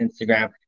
Instagram